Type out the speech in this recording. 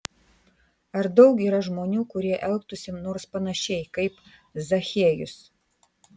ar daug yra žmonių kurie elgtųsi nors panašiai kaip zachiejus